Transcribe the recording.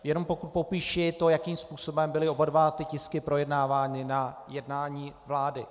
Jenom popíši to, jakým způsobem byly oba tisky projednávány na jednání vlády.